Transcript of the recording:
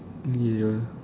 ya